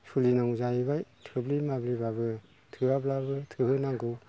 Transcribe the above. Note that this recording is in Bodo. सोलिनांगौ जाहैबाय थोब्ले माब्लेबाबो थोयाब्लाबो थोहोनांगौ